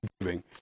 giving